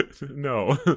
no